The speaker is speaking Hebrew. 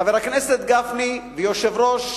חבר הכנסת גפני ויושב-ראש